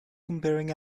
comparing